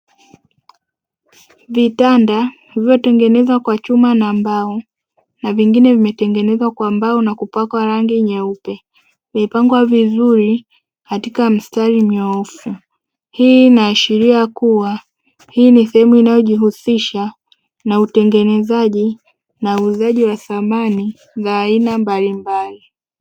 Vitanda vilivyo tengenezwa kwa chuma na mbao na vingine vimetengenezwa kwa mbao na kupakwa rangi nyeupe, vimepangwa vizuri katika mstari mnyoofu. Hii inaashiria kuwa hii ni sehemu inayo jihusisha na utengenezaji na uuzaji wa samani za aina mbalimbali.